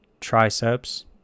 triceps